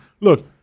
Look